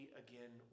again